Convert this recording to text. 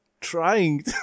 trying